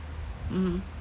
mm